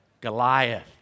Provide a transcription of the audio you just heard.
Goliath